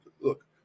look